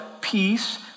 peace